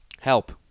Help